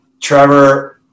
Trevor